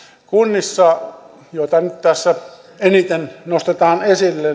kunnissa joita nyt tässä eniten nostetaan esille